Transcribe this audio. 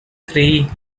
three